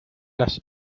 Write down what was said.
las